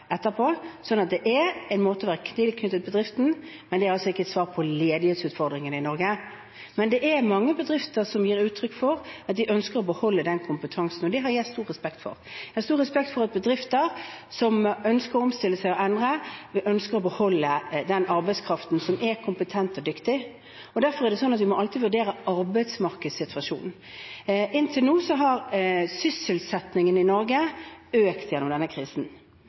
etterpå, så det er en måte å være tilknyttet bedriften på, men det er altså ikke et svar på ledighetsutfordringen i Norge. Men det er mange bedrifter som gir uttrykk for at de ønsker å beholde den kompetansen, og det har jeg stor respekt for. Jeg har stor respekt for at bedrifter som ønsker å omstille seg og endre, ønsker å beholde den arbeidskraften som er kompetent og dyktig, og derfor er det sånn at vi alltid må vurdere arbeidsmarkedssituasjonen. Inntil nå har sysselsettingen i Norge økt gjennom denne krisen.